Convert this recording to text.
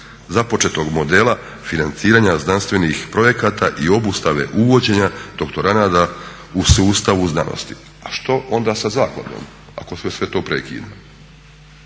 započetog modela financiranja znanstvenih projekata i obustave uvođenja doktoranata u sustavu znanosti. A što onda sa zakladom ako se sve to prekida?